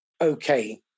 Okay